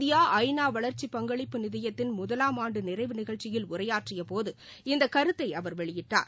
India ஐநா வளர்ச்சி பங்களிப்பு நிதியத்தின் முதவாம் ஆண்டு நிறைவு நிகழ்ச்சியில் உரையாற்றியபோது இந்த கருத்தை அவர் வெளியிட்டார்